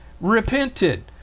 repented